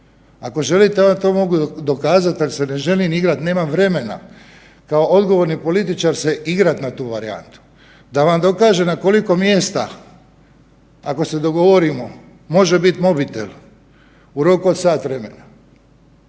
Ako želite ja vam to mogu dokazat, ak se ne želim igrat, nemam vremena, kao odgovorni političar se igrat na tu varijantu, da vam dokažem na koliko mjesta ako se dogovorimo može bit mobitel u roku od sat vremena,